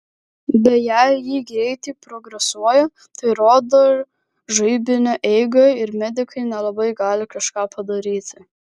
be jei ji greitai progresuoja tai rodo žaibinę eigą ir medikai ne labai gali kažką padaryti